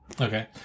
Okay